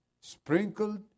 sprinkled